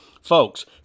Folks